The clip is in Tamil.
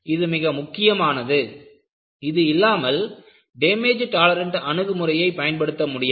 இது மிக முக்கியமானது இது இல்லாமல் டேமேஜ் டாலரண்ட் அணுகு முறையை பயன்படுத்த முடியாது